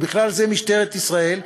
ובכלל זה משטרת ישראל,